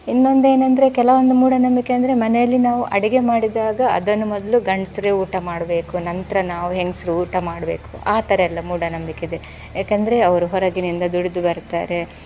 ಇನ್ನೊಂದೇನೆಂದರೆ ಕೆಲವೊಂದು ಮೂಢನಂಬಿಕೆ ಅಂದರೆ ಮನೆಯಲ್ಲಿ ನಾವು ಅಡುಗೆ ಮಾಡಿದಾಗ ಅದನ್ನು ಮೊದಲು ಗಂಡಸ್ರೇ ಊಟ ಮಾಡಬೇಕು ನಂತರ ನಾವು ಹೆಂಗಸ್ರು ಊಟ ಮಾಡಬೇಕು ಆ ಥರ ಎಲ್ಲ ಮೂಢನಂಬಿಕೆ ಇದೆ ಏಕೆಂದರೆ ಅವರು ಹೊರಗಿನಿಂದ ದುಡಿದು ಬರ್ತಾರೆ